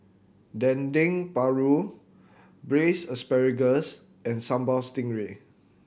Dendeng Paru Braised Asparagus and Sambal Stingray